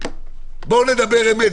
בואו נדבר אמת.